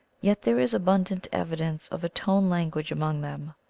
yet there is abundant evi dence of a tone language among them.